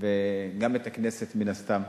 וגם את הכנסת, מן הסתם.